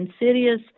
insidious